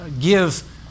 give